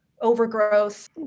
overgrowth